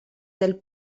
del